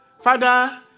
Father